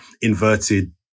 inverted